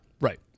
right